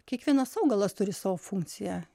kiekvienas augalas turi savo funkciją